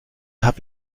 hab